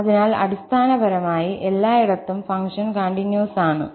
അതിനാൽ അടിസ്ഥാനപരമായി എല്ലായിടത്തും ഫംഗ്ഷൻ കണ്ടിന്യൂസ് ആണ്